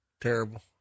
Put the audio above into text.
Terrible